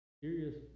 serious